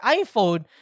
iPhone